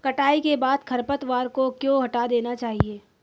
कटाई के बाद खरपतवार को क्यो हटा देना चाहिए?